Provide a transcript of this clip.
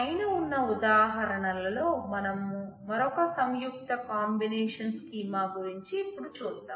పైన ఉన్న ఉదాహరణ లలో మనం మరొక సంయుక్త కాంబినేషన్ స్కీమా గురించి ఇపుడు చూద్దాం